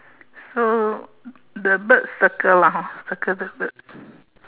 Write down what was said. so the bird circle lah hor circle this bird